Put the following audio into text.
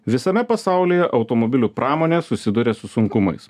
visame pasaulyje automobilių pramonė susiduria su sunkumais